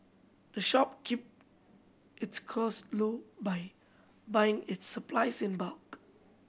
the shop keep its close low by buying its supplies in bulk